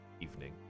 evening